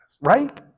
Right